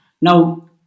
Now